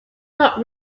not